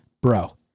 Bro